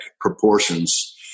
proportions